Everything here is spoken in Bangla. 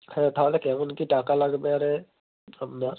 হ্যাঁ তাহলে কেমন কী টাকা লাগবে আরে আপনার